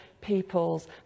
people's